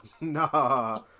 Nah